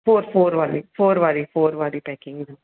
four four वाली four वारी four वारी पैकिंग